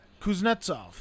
Kuznetsov